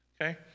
Okay